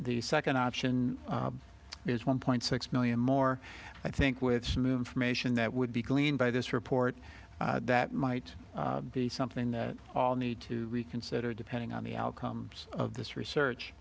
the second option is one point six million more i think with some information that would be gleaned by this report that might be something that all need to reconsider depending on the outcomes of this research